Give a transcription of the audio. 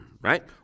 right